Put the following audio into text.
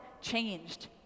changed